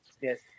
yes